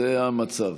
זה המצב.